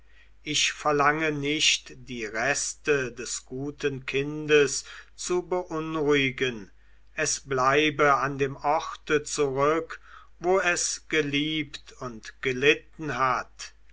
ich verlange nicht die reste des guten kindes zu beunruhigen es bleibe an dem orte zurück wo es geliebt und gelitten hat